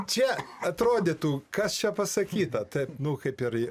čia atrodytų kas čia pasakyta taip nu kaip ir